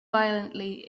violently